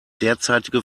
derzeitige